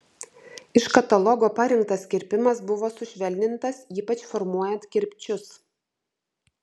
iš katalogo parinktas kirpimas buvo sušvelnintas ypač formuojant kirpčius